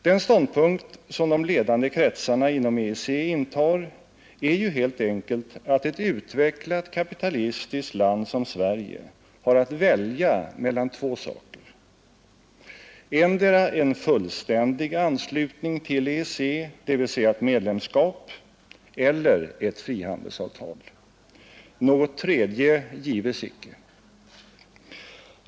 Den ståndpunkt som de ledande kretsarna inom EEC intar är ju helt enkelt att ett utvecklat kapitalistiskt land som Sverige har att välja mellan två saker: endera en fullständig anslutning till EEC, dvs. ett medlemskap, eller ett frihandelsavtal. Något tredje gives icke.